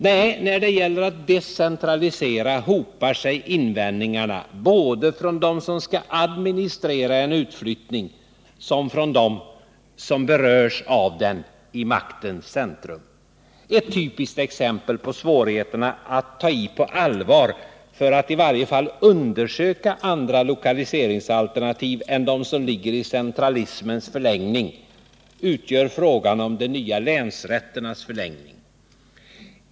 Nej, när det gäller att decentralisera hopar sig invändningarna, både från dem som skall administrera en utflyttning och från dem som berörs av den i maktens centrum. Ett typiskt exempel på svårigheterna att ta i på allvar för att i varje fall undersöka andra lokaliseringsalternativ än de som ligger i centralismens förlängning utgör frågan om de nya länsrätternas förläggning.